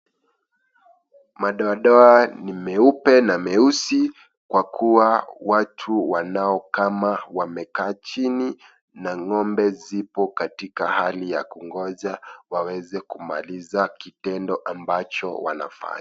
Madoadoa ni meupe na meusi, kwa kuwa watu wanaokama wamekaa chini, na ng'ombe ziko katika hali ya kungoja waweze kumaliza kitendo ambacho wanafanya.